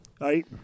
right